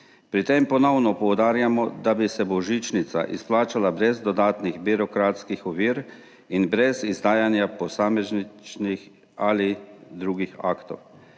Pri tem ponovno poudarjamo, da bi se božičnica izplačala brez dodatnih birokratskih ovir in brez izdajanja posamičnih ali drugih aktov.